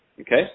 Okay